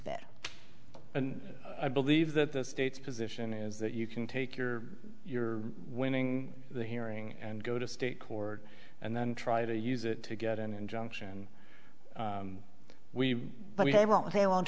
spirit and i believe that the state's position is that you can take your your winning the hearing and go to state court and then try to use it to get an injunction we i mean they won't they won't